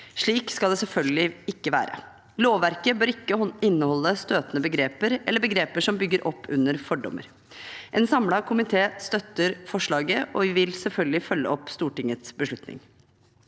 Slik skal det selvfølgelig ikke være. Lovverket bør ikke inneholde støtende begreper, eller begreper som bygger opp under fordommer. En samlet komité støtter forslaget, og vi vil selvfølgelig følge opp Stortingets beslutning.